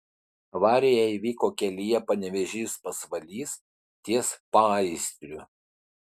avarija įvyko kelyje panevėžys pasvalys ties paįstriu